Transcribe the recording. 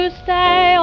stay